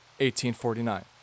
1849